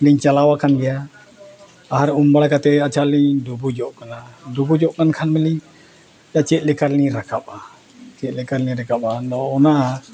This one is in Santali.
ᱞᱤᱧ ᱪᱟᱞᱟᱣ ᱟᱠᱟᱱ ᱜᱮᱭᱟ ᱟᱨ ᱩᱢ ᱵᱟᱲᱟ ᱠᱟᱛᱮᱫ ᱟᱪᱪᱷᱟ ᱞᱤᱧ ᱰᱩᱵᱩᱡᱚᱜ ᱠᱟᱱᱟ ᱰᱩᱵᱩᱡᱚᱜ ᱠᱟᱱ ᱠᱷᱟᱱ ᱢᱟᱞᱤᱧ ᱪᱮᱫ ᱞᱮᱠᱟ ᱞᱤᱧ ᱨᱟᱠᱟᱵᱼᱟ ᱪᱮᱫ ᱞᱮᱠᱟ ᱞᱤᱧ ᱨᱟᱠᱟᱵᱼᱟ ᱚᱱᱟ